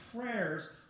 prayers